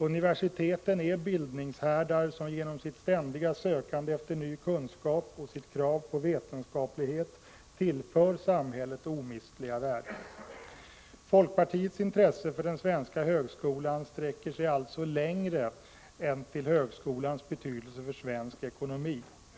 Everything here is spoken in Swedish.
Universiteten är bildningshärdar som genom sitt ständiga sökande efter ny kunskap och sitt krav på vetenskaplighet tillför samhället omistliga värden. Folkpartiets intresse för den svenska högskolan sträcker sig alltså längre än till högskolans betydelse för svensk ekonomi.